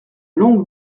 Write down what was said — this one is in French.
longue